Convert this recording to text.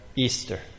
Easter